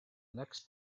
next